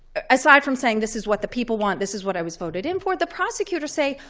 aside from saying this is what the people want, this is what i was voted in for, the prosecutors say,